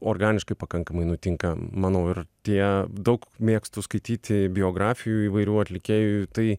organiškai pakankamai nutinka manau ir tie daug mėgstu skaityti biografijų įvairių atlikėjų tai